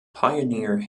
pioneer